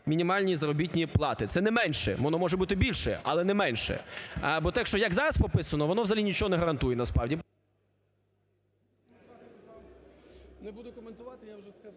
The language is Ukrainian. мінімальні заробітні плати. Це не менше, воно може бути більше, але не менше. Бо так, як зараз прописано, воно взагалі нічого не гарантує, насправді…